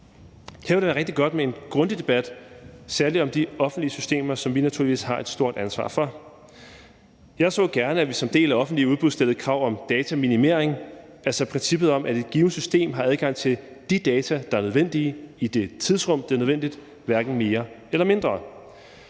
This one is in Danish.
Her ville det være rigtig godt med en grundig debat, særlig om de offentlige systemer, som vi naturligvis har et stort ansvar for. Jeg så gerne, at vi som en del af offentlige udbud stillede krav om dataminimering, altså princippet om, at et givent system har adgang til de data, der er nødvendige, i det tidsrum, det er nødvendigt, hverken mere eller mindre.